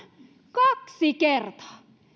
kaksi kertaa